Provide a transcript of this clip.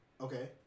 Okay